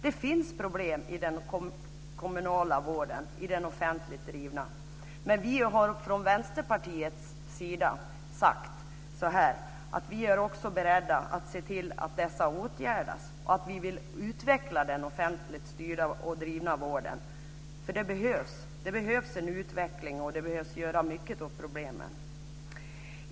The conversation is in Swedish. Det finns problem i den kommunala vården - i den offentligt drivna vården. Men vi har från Vänsterpartiets sida sagt att vi också är beredda att se till att dessa åtgärdas och att vi vill utveckla den offentligt styrda och drivna vården, för det behövs. Det behövs en utveckling, och det behöver göras mycket åt problemen.